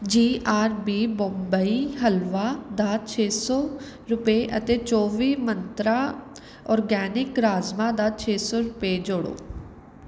ਜੀ R B Bombay ਹਲਵਾ ਦਾ ਛੇ ਸੌ ਰੁਪਏ ਅਤੇ ਚੋਵੀ ਮੰਤਰਾ ਓਰਗੈਨਿਕ ਰਾਜਮਾਂਹ ਦਾ ਛੇ ਸੌ ਰੁਪਏ ਜੋੜੋ